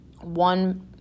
one